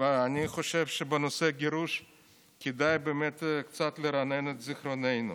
אני חושב שבנושא הגירוש כדאי באמת קצת לרענן את זיכרוננו.